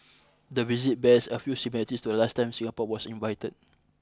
the visit bears a few similarities to the last time Singapore was invited